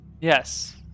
Yes